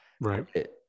Right